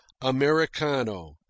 Americano